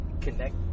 Connect